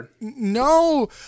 No